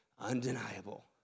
undeniable